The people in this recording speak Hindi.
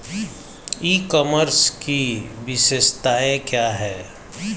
ई कॉमर्स की विशेषताएं क्या हैं?